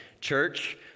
church